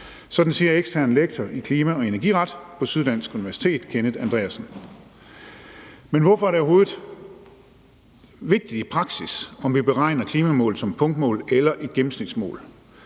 Sådan siger ekstern lektor i klima- og energiret på Syddansk Universitet Kenneth Andreasen. Men hvorfor er det overhovedet vigtigt i praksis, om vi beregner klimamål som punktmål eller et gennemsnitsmål?